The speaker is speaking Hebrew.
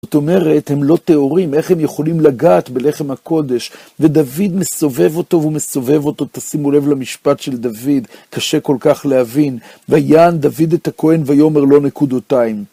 זאת אומרת, הם לא טהורים, איך הם יכולים לגעת בלחם הקודש? ודוד מסובב אותו, ומסובב אותו, תשימו לב למשפט של דוד, קשה כל כך להבין. ויען דוד את הכהן, ויאמר לו נקודותיים.